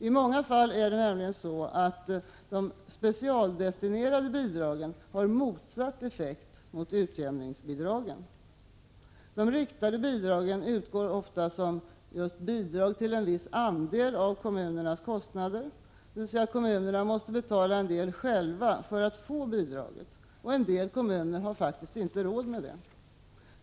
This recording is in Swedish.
I många fall är det nämligen så att de specialdestinerade bidragen har motsatt effekt mot utjämningsbidragen. De riktade bidragen utgår ju ofta som bidrag till en viss andel av kommunernas kostnader, dvs. att kommunerna måste betala en del själva för att få bidraget. En del kommuner har faktiskt inte råd med detta.